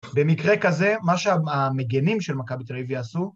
במקרה כזה, מה שהמגנים של מכבי תל אביב יעשו.